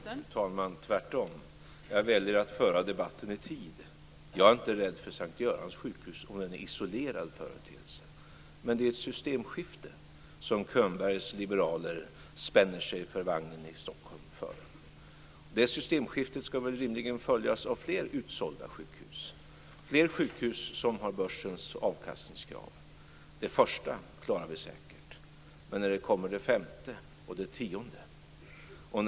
Fru talman! Tvärtom, jag väljer att föra debatten i tid. Jag är inte rädd för S:t Görans sjukhus som en isolerad företeelse. Men det är ett systemskifte som Könbergs liberaler spänner sig för vagnen i Stockholm för. Det systemskiftet ska väl rimligen följas av fler utsålda sjukhus, fler sjukhus som har börsens avkastningskrav. Det första klarar vi säkert, men hur blir det när det femte och tionde kommer?